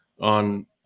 on